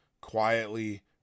quietly